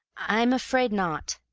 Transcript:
i'm afraid not,